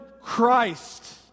Christ